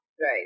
Right